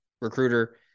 recruiter